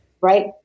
Right